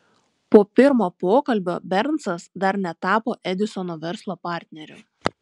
po pirmo pokalbio bernsas dar netapo edisono verslo partneriu